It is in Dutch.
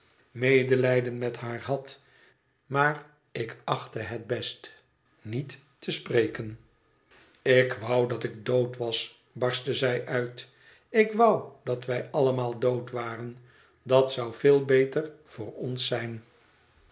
medelijden met haar had maar ik achtte het best niet te spreken mm ij et veel aten huis ik wou dat ik dood was barstte zij uit ik wou dat wij allemaal dood waren dat zou veel beter voor ons zijn